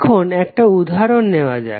এখন একটা উদাহরণ নেওয়া যাক